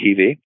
TV